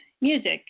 music